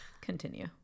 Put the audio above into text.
continue